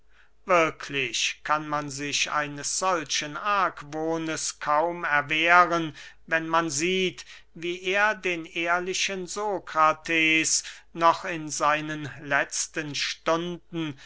wirklich kann man sich eines solchen argwohnes kaum erwehren wenn man sieht wie er den ehrlichen sokrates noch in seinen letzten stunden